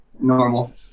normal